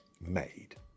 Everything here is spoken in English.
made